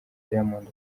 diamond